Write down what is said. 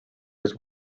his